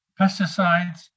pesticides